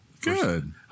Good